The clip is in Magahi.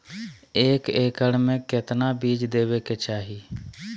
एक एकड़ मे केतना बीज देवे के चाहि?